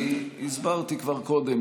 אני הסברתי כבר קודם,